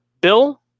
Bill